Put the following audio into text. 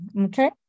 Okay